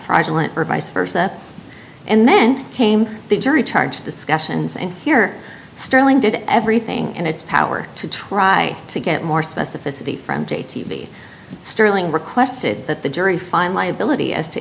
fraudulent or vice versa and then came the jury charge discussions and here sterling did everything in its power to try to get more specificity from j t v sterling requested that the jury find liability as to